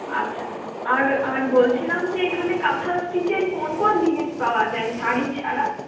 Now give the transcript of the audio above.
আচ্ছা আর আর বলছিলাম যে এখানে কাঁথা স্টিচের কোন কোন জিনিস পাওয়া যায় শাড়ি ছাড়া